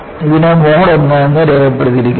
ഇതിനെ mode I എന്ന് രേഖപ്പെടുത്തിയിരിക്കുന്നു